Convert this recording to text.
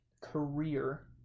Career